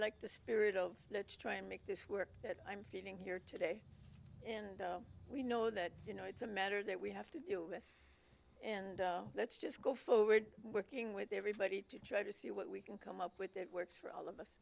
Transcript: like the spirit of let's try and make this work that i'm feeling here today and we know that you know it's a matter that we have to deal with and let's just go forward looking with everybody to try to see what we can come up with that works for all of us